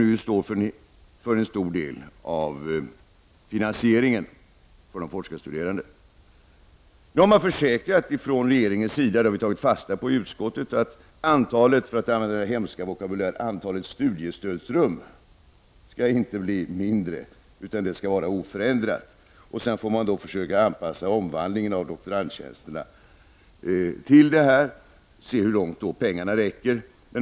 Dessa bidrag står för en stor del av de forskandes finansiering. Nu har regeringen försäkrat, och det har vi tagit fasta på i utskottet, att antalet studiestödsrum inte skall bli mindre utan vara oförändrat. Sedan får man försöka anpassa omvandlingen av doktorandtjänsterna till detta och se hur långt pengarna räcker.